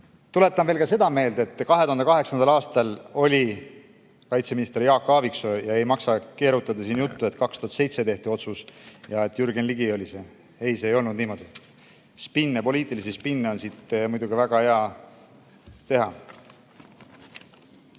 veel seda meelde, et 2008. aastal oli kaitseminister Jaak Aaviksoo ja ei maksa siin keerutada juttu, et 2007 tehti kõnealune otsus ja et Jürgen Ligi oli see. See ei olnud niimoodi. Spinne, poliitilisi spinne on siit muidugi väga hea teha. Tulen